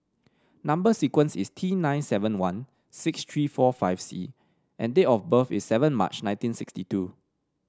number sequence is T nine seven one six three four five C and date of birth is seven March nineteen sixty two